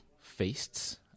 Feasts